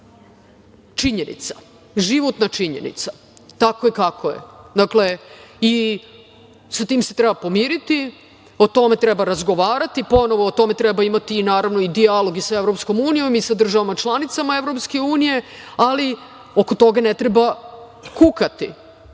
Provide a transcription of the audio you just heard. činjenica, životna činjenica. Tako je kako je. Dakle, sa tim se treba pomiriti, o tome treba razgovarati. Ponovo, o tome treba imati, naravno, i dijalog i sa EU i sa državama članicama EU, ali oko toga ne treba kukati. Mi